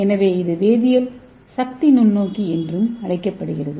எனவே இது வேதியியல் சக்தி நுண்ணோக்கி என்றும் அழைக்கப்படுகிறது